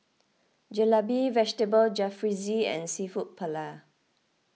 Jalebi Vegetable Jalfrezi and Seafood Paella